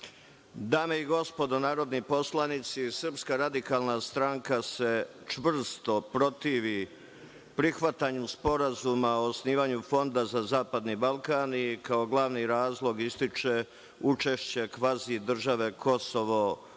Dame i gospodo narodni poslanici, Srpska radikalna stranka se čvrsto protivi prihvatanju Sporazuma o osnivanju Fonda za zapadni Balkan, a kao glavni razlog ističe učešće kvazi-države Kosovo kao